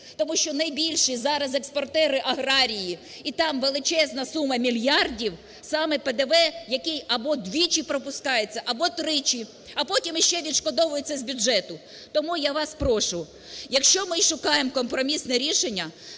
Тому що найбільші зараз експортери – аграрії і там величезна сума мільярдів саме ПДВ, який або двічі пропускається, або тричі, а потім ще відшкодовується з бюджету. Тому я вас прошу, якщо ми шукаємо компромісне рішення,